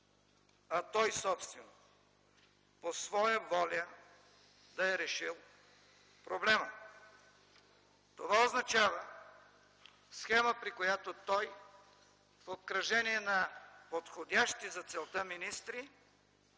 а той собствено по своя воля да е решил проблема. Това означава схема, при която той в обкръжение на подходящи за целта министри